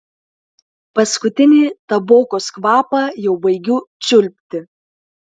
paskutinį tabokos kvapą jau baigiu čiulpti